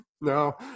no